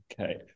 Okay